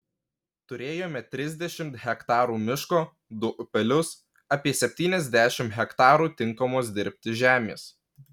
turėjome trisdešimt hektarų miško du upelius apie septyniasdešimt hektarų tinkamos dirbti žemės